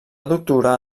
doctorar